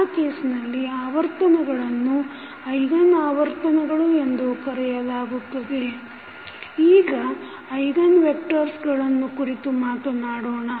ಆ ಕೇಸ್ನಲ್ಲಿ ಆವರ್ತನಗಳನ್ನು frequencies ಐಗನ್ ಆವರ್ತನಗಳು ಎಂದು ಕರೆಯಲಾಗುತ್ತದೆ ಈಗ ಐಗನ್ ವೆಕ್ಟರ್ಗಳನ್ನು ಕುರಿತು ಮಾತನಾಡೋಣ